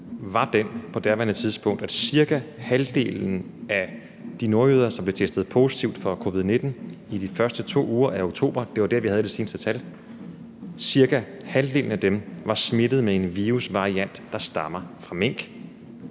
var den på daværende tidspunkt, at cirka halvdelen af de nordjyder, som blev testet positiv for covid-19 i de første 2 uger af oktober – det var der, vi havde det seneste tal – var smittet med en virusvariant, der stammer fra mink.